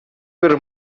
пӗр